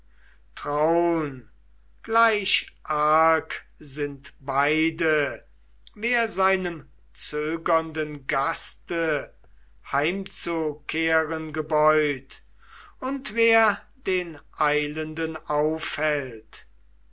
traun gleich arg sind beide wer seinem zögernden gaste heimzukehren gebeut und wer den eilenden aufhält